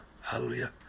Hallelujah